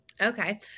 Okay